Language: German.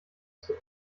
zur